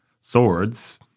swords